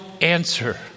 answer